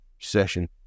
session